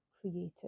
created